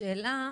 השאלה,